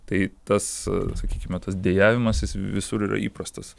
tai tas sakykime tas dejavimas jis visur yra įprastas